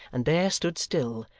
and there stood still,